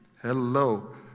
Hello